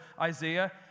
Isaiah